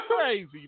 crazy